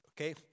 Okay